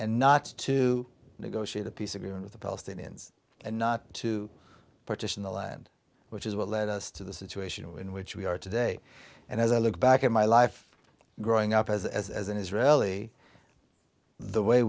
and not to negotiate a peace agreement with the palestinians and not to partition the land which is what led us to the situation in which we are today and as i look back at my life growing up as as an israeli the way